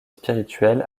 spirituelle